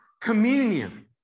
Communion